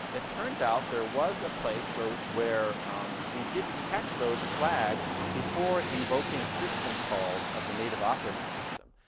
it turns out there was a place where where we didn't check those flags before invoking system calls of the native operating system.